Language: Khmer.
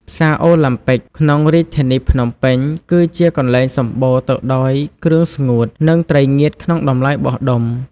ផ្សារអូឡាំពិកក្នុងរាជធានីភ្នំពេញ គឺជាកន្លែងសម្បូរទៅដោយគ្រឿងស្ងួត និងត្រីងៀតក្នុងតម្លៃបោះដុំ។